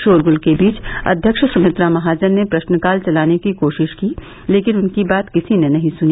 शोरगुल के बीच अध्यक्ष सुमित्रा महाजन ने प्रश्नकाल चलाने की कोशिश की लेकिन उनकी बात किसी ने नहीं सुनी